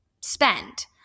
spend